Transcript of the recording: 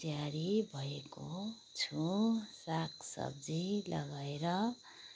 तयारी भएको छु सागसब्जी लगाएर